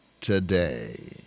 today